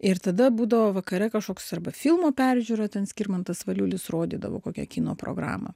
ir tada būdavo vakare kažkoks arba filmo peržiūra ten skirmantas valiulis rodydavo kokią kino programą